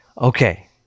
Okay